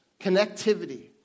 connectivity